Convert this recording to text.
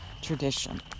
tradition